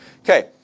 Okay